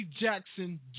jackson